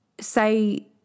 say